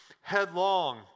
headlong